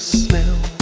smell